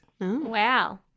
Wow